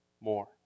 more